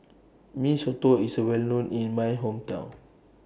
Mee Soto IS A Well known in My Hometown